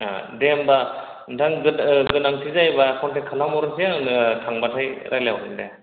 एह दे होनबा नोंथां गोद ओह गोनांथि जायोब्ला कनटेक खालामहरसै आङो थांबाथाय रायलायहरगोन दे